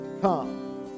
Come